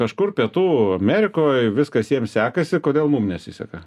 kažkur pietų amerikoj viskas jiem sekasi kodėl mum nesiseka